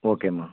ஓகேம்மா